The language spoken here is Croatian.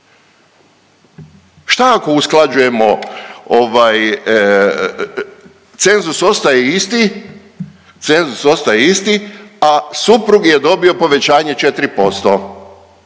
Šta ako usklađujemo cenzus ostaje isti, a suprug je dobio povećanje 4%.